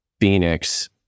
Phoenix